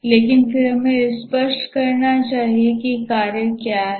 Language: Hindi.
लेकिन फिर हमें स्पष्ट करना चाहिए कि कार्य क्या है